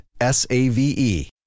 S-A-V-E